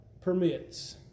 permits